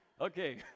okay